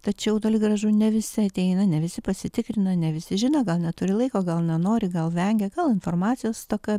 tačiau toli gražu ne visi ateina ne visi pasitikrina ne visi žino gal neturi laiko gal nenori gal vengia gal informacijos stoka